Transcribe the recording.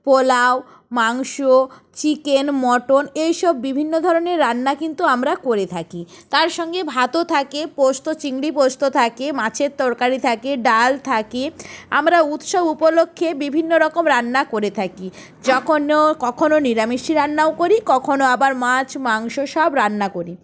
পোলাও মাংস chicken mutton এই সব বিভিন্ন ধরনের রান্না কিন্তু আমরা করে থাকি তার সঙ্গে ভাতও থাকে পোস্ত চিংড়ি পোস্ত থাকে মাছের তরকারি থাকে ডাল থাকে আমরা উৎসব উপলক্ষে বিভিন্ন রকম রান্না করে থাকি যখনও কখনও নিরামিষ রান্নাও করি কখনও আবার মাছ মাংস সব রান্না করি